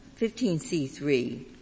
15C3